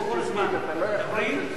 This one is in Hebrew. חבר הכנסת שטרית,